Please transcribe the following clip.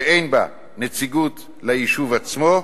שאין בה נציגות ליישוב עצמו,